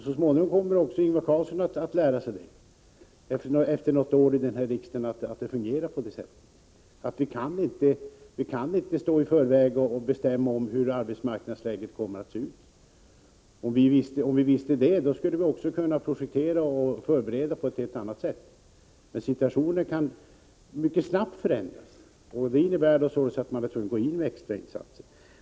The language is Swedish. Så småningom kommer också Ingvar Karlsson att lära sig, efter något år här i riksdagen, att det fungerar på det sättet. Vi kan inte i förväg bestämma hur arbetsmarknadsläget kommer att se ut. Om vi visste det, så skulle vi också kunna projektera och förbereda på ett helt annat sätt. Men situationen kan mycket snabbt förändras, och det kan innebära att man får göra extrainsatser.